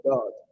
God